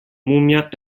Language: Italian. mummia